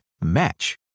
match